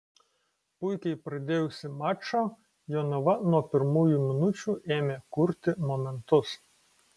puikiai pradėjusi mačą jonava nuo pirmųjų minučių ėmė kurti momentus